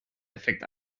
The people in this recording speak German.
effekt